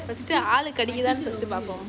ஆளு கிடைக்கித்தானு பாப்போம்:aalu kidaikkithaanu paapom